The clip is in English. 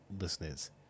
listeners